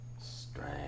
Strange